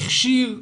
הכשיר,